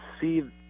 see